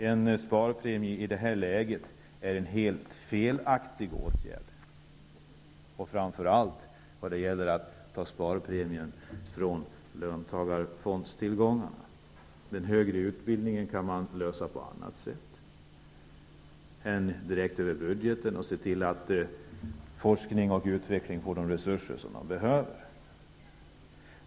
En sparpremie i detta läge är en helt felaktig åtgärd och framför allt när det gäller att ta sparpremien från löntagarfondstillgångarna. Det är möjligt att lösa frågan om den högre utbildningen kan man lösa på annat sätt än direkt över budgeten och att se till att forskning och utveckling får de resurser som behövs.